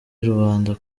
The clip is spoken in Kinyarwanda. rubanda